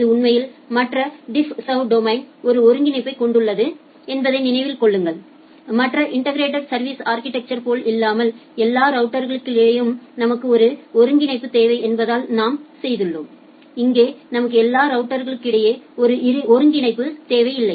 இது உண்மையில் மற்ற டிஃப்ஸர்வின் டொமைன்களுடன் ஒரு ஒருங்கிணைப்பைக் கொண்டுள்ளது என்பதை நினைவில் கொள்ளுங்கள் மற்ற இன்டெகிரெட் சா்விஸ் அா்கிடெக்சர் போல் இல்லாமல் எல்லா ரவுட்டர்களிடையேயும் நமக்கு ஒரு ஒருங்கிணைப்பு தேவை என்பதால் நாம் செய்துள்ளோம் இங்கே நமக்கு எல்லா ரவுட்டர்களிடையே ஒரு ஒருங்கிணைப்பு தேவையில்லை